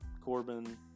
Corbin